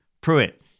Pruitt